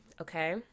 Okay